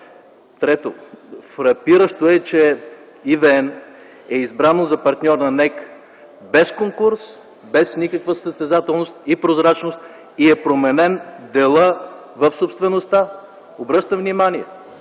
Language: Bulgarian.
Трето, фрапиращо е, че ЕVN е избрано за партньор на НЕК без конкурс, без никаква състезателност и прозрачност и е променен делът в собствеността, обръщам внимание,